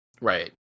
Right